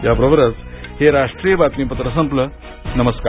याबरोबरच हे राष्ट्रीय बातमीपत्र संपलं नमस्कार